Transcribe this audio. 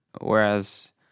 Whereas